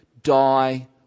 die